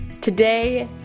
Today